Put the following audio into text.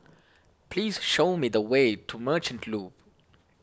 please show me the way to Merchant Loop